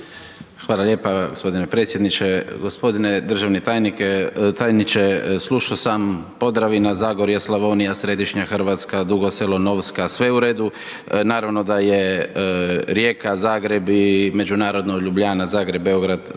Hvala lijepa g. predsjedniče. g. Državni tajniče, slušao sam Podravina, Zagorje, Slavonija, Središnja RH, Dugo Selo, Novska, sve je u redu, naravno da je Rijeka-Zagreb i međunarodno Ljubljana-Zagreb-Beograd, to